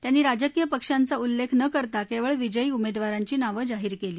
त्यांनी राजकीय पक्षांचा उल्लेख न करता केवळ विजयी उमेदवारांची नावं जाहीर केली